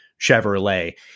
Chevrolet